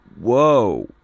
Whoa